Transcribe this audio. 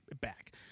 back